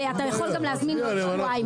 ואתה יכול גם להזמין עוד שבועיים.